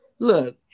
Look